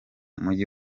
mujyi